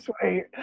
sweet